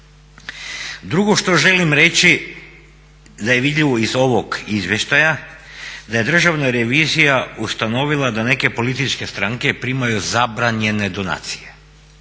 Drugo što želim reći da je vidljivo iz ovog izvještaja da je Državna revizija ustanovila da neke političke stranke primaju zabranjene donacije